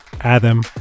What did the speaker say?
Adam